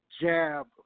jab